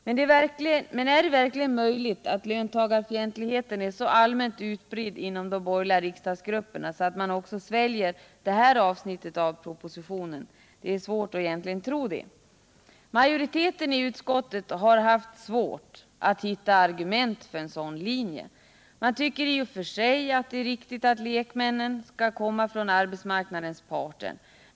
Men är det verkligen möjligt att löntagarfientligheten är så allmänt utbredd inom de borgerliga riksdagsgrupperna att man också sväljer det här avsnittet av propositionen? Det är svårt att egentligen tro det. Majoriteten i utskottet har haft problem med att hitta argument för en sådan linje. Man tycker i och för sig att det är riktigt att lekmännen skall komma från arbetsmarknadens parter.